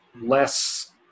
less